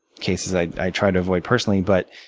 cases i i try to avoid personally. but,